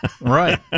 Right